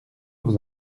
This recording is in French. vous